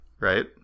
right